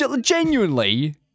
Genuinely